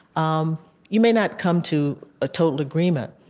um you may not come to a total agreement,